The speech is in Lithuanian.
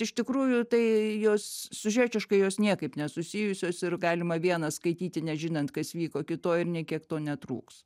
iš tikrųjų tai jos siužečiškai jos niekaip nesusijusios ir galima vieną skaityti nežinant kas vyko kitoj ir nė kiek to netrūks